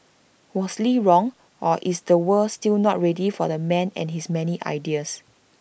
was lee wrong or is the world still not ready for the man and his many ideas